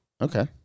okay